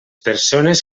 persones